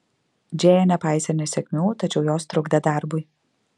džėja nepaisė nesėkmių tačiau jos trukdė darbui